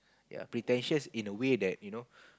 ya pretentious in the way that you know